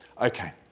Okay